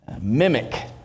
Mimic